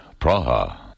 Praha